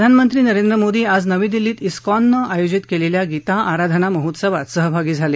प्रधानमंत्री नरेंद्र मोदी आज नवी दिल्लीत इस्कॉननं आयोजित केलेल्या गीता आराधना महोत्सवात सहभागी झाले